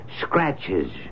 scratches